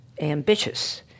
ambitious